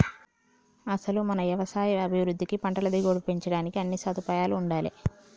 అసలు మన యవసాయ అభివృద్ధికి పంటల దిగుబడి పెంచడానికి అన్నీ సదుపాయాలూ ఉండాలే